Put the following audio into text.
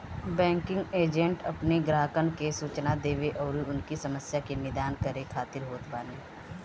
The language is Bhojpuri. बैंकिंग एजेंट अपनी ग्राहकन के सूचना देवे अउरी उनकी समस्या के निदान करे खातिर होत बाने